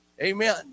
Amen